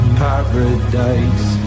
paradise